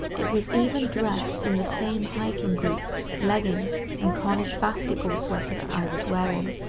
it was even dressed in the same hiking boots, leggings and college basketball sweater that i was wearing.